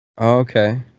Okay